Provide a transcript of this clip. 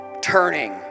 Turning